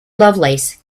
lovelace